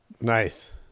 nice